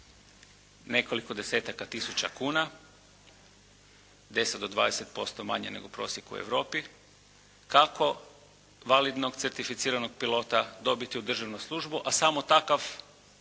nekoliko desetaka tisuća kuna, 10-20% manje nego prosjek u Europi, kako validnog certificiranog pilota dobiti u državnu službu a samo takav